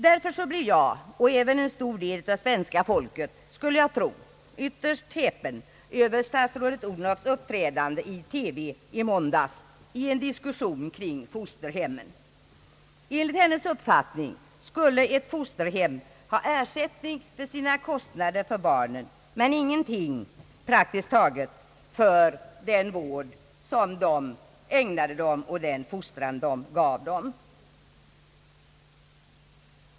Därför blev jag — och även en stor del av svenska folket, skulle jag tro — ytterst häpen över statsrådet Odhnoffs uppträdande i TV i måndags i en diskussion kring fosterhemmen. Enligt hennes uppfattning skulle fosterhemsföräldrar ha ersättning för sina kostnader för barnen men praktiskt taget ingenting för den vård och fostran de gav dem.